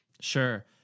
Sure